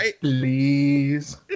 please